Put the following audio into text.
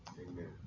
Amen